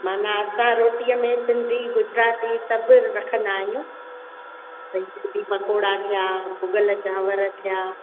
मना असां रोटीअ में सिंधी गुजराती सभु रखंदा आहियूं भई सिंधी पकौड़ा थिया भुॻल चांवर थिया